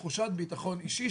תחושת ביטחון אישית.